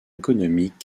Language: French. économique